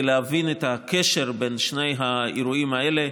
להבין את הקשר בין שני האירועים האלה.